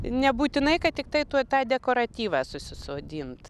nebūtinai kad tiktai tuoj tą dekoratyvą susisodint